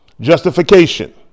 justification